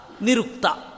Nirukta